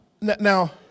Now